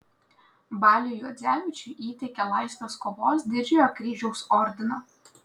baliui juodzevičiui įteikė laisvės kovos didžiojo kryžiaus ordiną